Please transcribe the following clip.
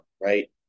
right